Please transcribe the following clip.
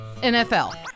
NFL